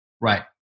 Right